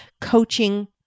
coaching